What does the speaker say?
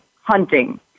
hunting